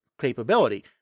Capability